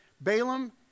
Balaam